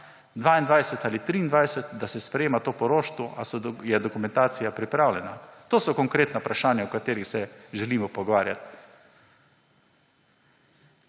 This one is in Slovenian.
2022 ali 2023, da se sprejema to poroštvo. Ali je dokumentacija pripravljena? To so konkretno vprašanja, o katerih se želimo pogovarjati.